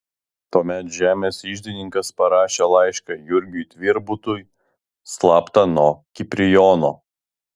tuomet žemės iždininkas parašė laišką jurgiui tvirbutui slapta nuo kiprijono